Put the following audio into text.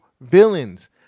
villains